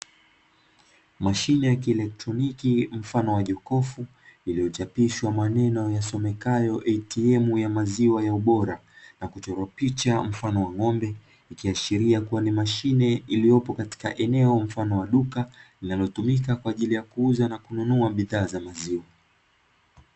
Mashine ya kielektroniki mfano wa jokufu, iliyochapishwa maneno yasomekayo "ATM" ya maziwa ya ubora na kuchorwa picha mfano wa ng’ombe. Ikiashiria kuwa ni mashine iliyopo katika eneo mfano wa duka, linalotumika kwa ajili ya kuuza na kununua bidhaa za maziwa.